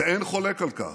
ואין חולק על כך.